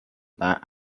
that